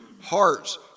hearts